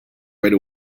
right